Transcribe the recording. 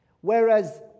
Whereas